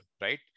right